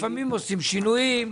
לפעמים עושים שינויים,